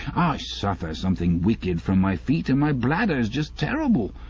i suffer something wicked from my feet, and my bladder's jest terrible.